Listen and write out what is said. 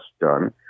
done